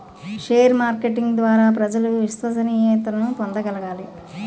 share marketing ద్వారా ప్రజలు విశ్వసనీయతను పొందగలగాలి